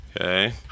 okay